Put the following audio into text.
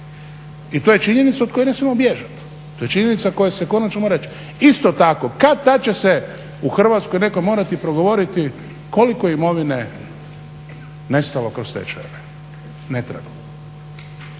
I to je činjenica od koje ne smijemo bježat, to je činjenica koja se konačno mora reći. Isto tako, kad-tad će se u Hrvatskoj netko morati progovoriti koliko imovine je nestalo kroz stečajeve netragom